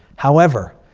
however,